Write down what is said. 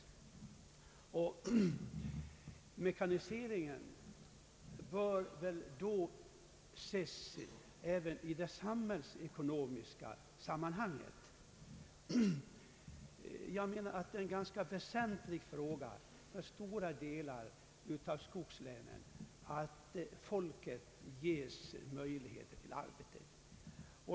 Mekaniseringen bör väl då ses även i det samhällsekonomiska sammanhanget. Det är ganska väsentligt för stora delar av skogslänen att folket ges möjlighet till arbete.